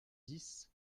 dix